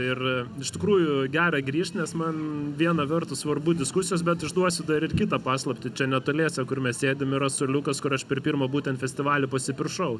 ir iš tikrųjų gera grįšt nes man viena vertus svarbu diskusijos bet išduosiu dar ir kitą paslaptį čia netoliese kur mes sėdim yra suoliukas kur aš per pirmą būtent festivalį pasipiršau